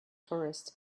tourists